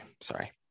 Sorry